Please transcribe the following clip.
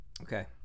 Okay